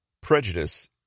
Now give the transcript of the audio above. prejudice